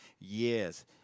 Yes